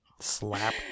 Slap